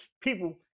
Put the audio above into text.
people